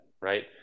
right